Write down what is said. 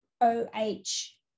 O-H